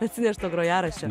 atsinešto grojaraščio